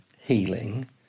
healing